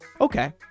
Okay